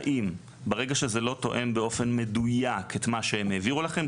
האם ברגע שזה לא תואם באופן מדויק את מה שהם העבירו לכם,